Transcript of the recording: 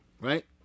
right